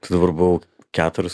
tai dabar buvau keturis